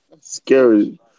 Scary